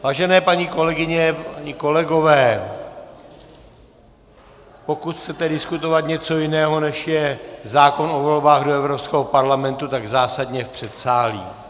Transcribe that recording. Vážené paní kolegyně, páni kolegové, pokud chcete diskutovat něco jiného, než je zákon o volbách do Evropského parlamentu, tak zásadně v předsálí.